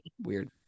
weird